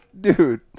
dude